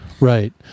Right